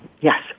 Yes